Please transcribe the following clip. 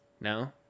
no